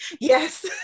Yes